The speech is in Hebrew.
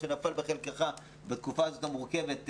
שנפל בחלקך בתקופה הזאת המורכבת,